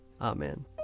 Amen